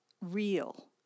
real